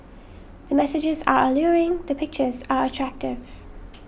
the messages are alluring the pictures are attractive